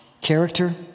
character